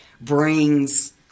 brings